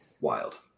Wild